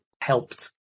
helped